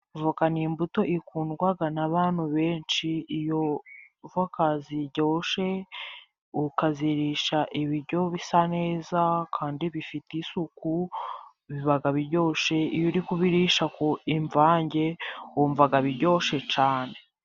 Voka n'imbuto ikundwaga n'abantu benshi, iyo voka ziryoshe ukazirisha ibiryo bisa neza, kandi bifite isuku biba biryoshye iyo uri kubirisha ku imvange wumvaga biryoshye cyane.